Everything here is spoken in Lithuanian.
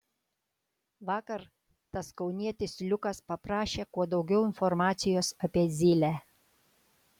vakar tas kaunietis liukas paprašė kuo daugiau informacijos apie zylę